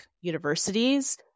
universities